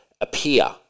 appear